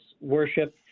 worship